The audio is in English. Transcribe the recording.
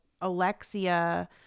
Alexia